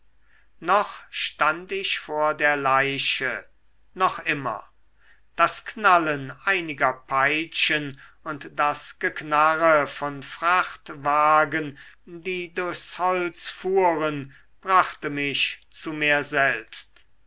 noch stand ich vor der leiche noch immer das knallen einiger peitschen und das geknarre von frachtwagen die durchs holz fuhren brachte mich zu mir selbst